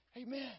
Amen